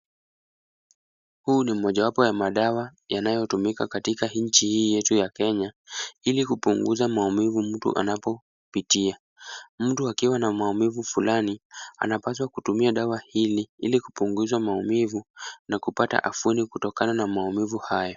Huu ni mojawapo ya madawa yanayotumika katika nchi hii yetu ya Kenya ili kupunguza maumivu mtu anapopitia. Mtu akiwa na maumivu fulani anapaswa kutumia dawa hili ili kupunguza maumivu na kupata afueni kutokana na maumivu hayo.